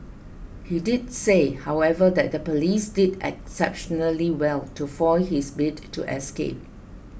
he did say however that the police did exceptionally well to foil his bid to escape